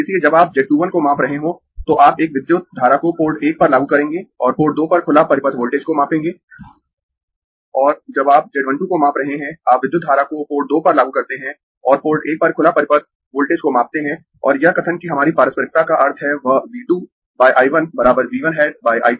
इसलिए जब आप z 2 1 को माप रहे हों तो आप एक विद्युत धारा को पोर्ट एक पर लागू करेंगें और पोर्ट दो पर खुला परिपथ वोल्टेज को मापेंगें और जब आप z 1 2 को माप रहे है आप विद्युत धारा को पोर्ट दो पर लागू करते है और पोर्ट एक पर खुला परिपथ वोल्टेज को मापते है और यह कथन कि हमारी पारस्परिकता का अर्थ है वह V 2 I 1 V 1 hat I 2 hat